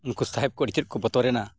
ᱩᱱᱠᱩ ᱥᱟᱦᱮᱵᱽ ᱠᱚ ᱪᱮᱫ ᱠᱚ ᱵᱚᱛᱚᱨᱮᱱᱟ